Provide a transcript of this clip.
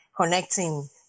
connecting